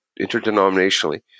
interdenominationally